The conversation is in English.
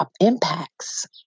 impacts